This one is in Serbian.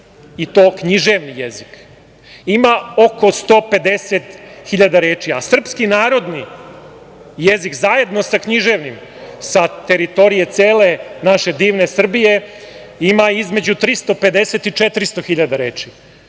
i to književni jezik ima oko 150.000 reči, a srpski narodni jezik zajedno sa književnim sa teritorije naše cele divne Srbije ima između 350.000 i 400.000 reči.